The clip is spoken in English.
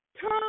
turn